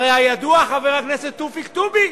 הידוע, חבר הכנסת תופיק טובי,